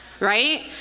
right